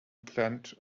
plant